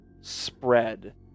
spread